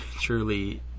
truly